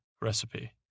recipe